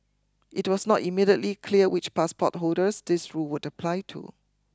it was not immediately clear which passport holders this rule would apply to